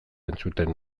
entzuten